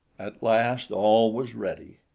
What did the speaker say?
at last all was ready.